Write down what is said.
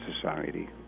society